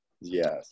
Yes